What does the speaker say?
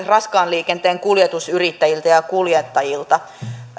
raskaan liikenteen kuljetusyrittäjiltä ja kuljettajilta